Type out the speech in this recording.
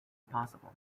possible